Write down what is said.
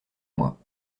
moi